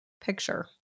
picture